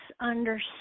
understand